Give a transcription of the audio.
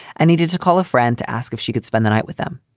i needed to call a friend to ask if she could spend the night with them.